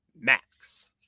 Max